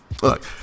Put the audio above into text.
Look